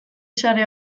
sare